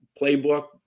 playbook